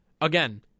Again